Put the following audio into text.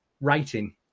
writing